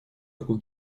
руку